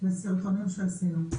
לסרטונים שעשינו.